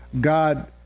God